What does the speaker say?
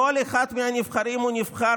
כל אחד מהנבחרים הוא נבחר